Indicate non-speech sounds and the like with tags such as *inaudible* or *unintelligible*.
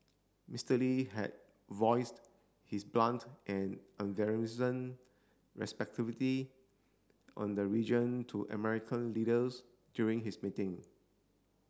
Mister Lee had voiced his blunt and *unintelligible* on the region to American leaders during his meeting